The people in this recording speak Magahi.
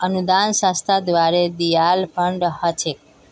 अनुदान संस्था द्वारे दियाल फण्ड ह छेक